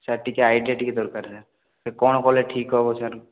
sir ଟିକେ idea ଟିକେ ଦରକାର ସାର୍ ସେ କ'ଣ କଲେ ଠିକ୍ ହେବ ସାର୍